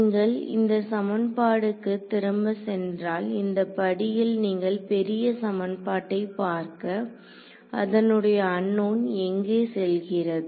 நீங்கள் இந்த சமன்பாடுக்கு திரும்ப சென்றால் இந்த படியில் நீங்கள் பெரிய சமன்பாட்டை பார்க்க அதனுடைய அன்னோன் எங்கே செல்கிறது